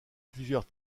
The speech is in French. plusieurs